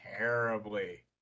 Terribly